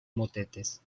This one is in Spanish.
motetes